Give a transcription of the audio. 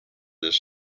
this